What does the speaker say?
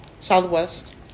Southwest